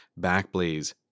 Backblaze